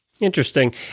Interesting